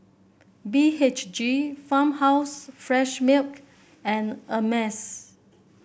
B H G Farmhouse Fresh Milk and Ameltz